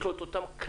יש לו את אותם כללים,